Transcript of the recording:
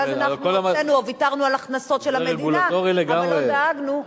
ואז אנחנו הוצאנו או ויתרנו על הכנסות של המדינה אבל לא דאגנו,